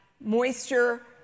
moisture